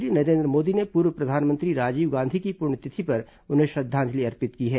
प्रधानमंत्री नरेन्द्र मोदी ने पूर्व प्रधानमंत्री राजीव गांधी की पुण्यतिथि पर उन्हें श्रद्वांजलि अर्पित की है